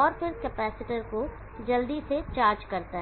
और फिर कैपेसिटर को जल्दी से चार्ज करता है